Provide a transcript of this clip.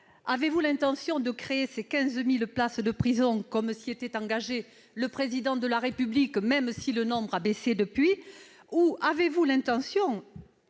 a-t-il l'intention de créer ces 15 000 places de prison, comme s'y était engagé le Président de la République- même si le nombre a baissé depuis -ou plutôt